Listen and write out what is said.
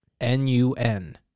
n-u-n